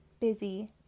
busy